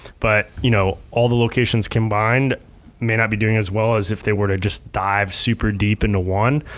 but you know all the locations combined may not be doing as well as if they were to just dive super deep into one,